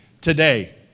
today